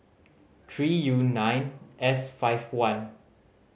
three U nine S five one